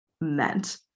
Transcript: meant